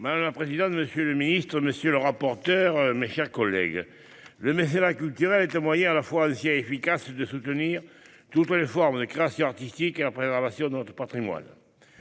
Madame la présidente, monsieur le ministre, mes chers collègues, le mécénat culturel est un moyen à la fois ancien et efficace de soutenir toutes les formes de création artistique et la préservation de notre patrimoine.